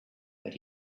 but